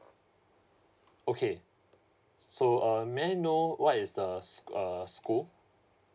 okay so uh may I know what is the s~ err school